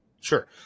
sure